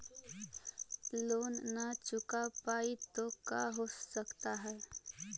Loan न चुका पाई तो का हो सकता है?